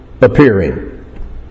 appearing